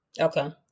Okay